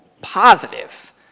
positive